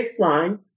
baseline